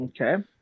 Okay